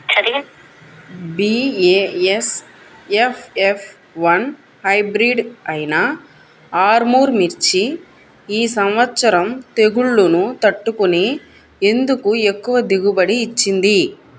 BASF F one hybrid అయినా ఆర్ముర్ మిర్చి ఈ సంవత్సరం తెగుళ్లును తట్టుకొని ఎందుకు ఎక్కువ దిగుబడి ఇచ్చింది?